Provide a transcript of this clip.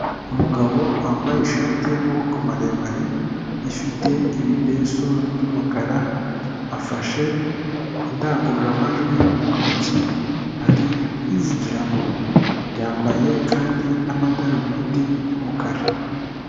Umugabo wambaye ishati y'amaboko maremare ifite ibipesu by'umukara, afashe indangururamajwi mu ntoki, ari kuyivugiramo yambaye kandi n'amadarubindi y'umukara.